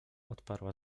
odparła